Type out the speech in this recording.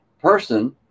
person